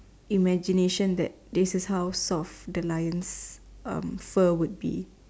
imagination that this is how soft a lion would be